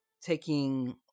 taking